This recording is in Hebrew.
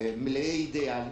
מלאי אידיאלים.